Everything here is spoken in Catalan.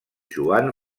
joan